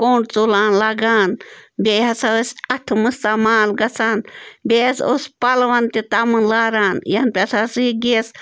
کوٚنٛڈ تُلان لگان بیٚیہِ ہسا ٲسۍ اَتھٕ مُستعمال گژھان بیٚیہِ حظ اوس پَلوَن تہِ تَمُن لاران یَنہٕ پٮ۪ٹھ ہسا یہِ گیس